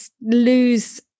lose